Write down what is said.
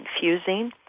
confusing